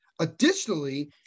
Additionally